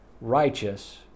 righteous